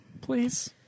Please